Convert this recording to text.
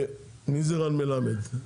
מי זה רן מלמד?